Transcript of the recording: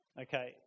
Okay